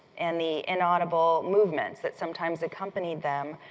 and the inaudible movements that sometimes accompanied them,